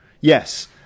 Yes